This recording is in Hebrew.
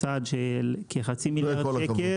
צעד של כחצי מיליארד שקל.